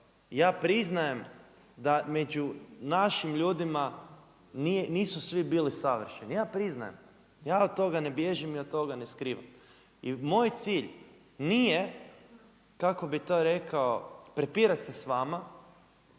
ja priznajem da među našim ljudima nisu svi bili savršeni, ja priznajem, ja od toga ne bježim i od toga ne skrivam. I moj cilj nije kako bih to rekao prepirat se sa vama